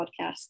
podcast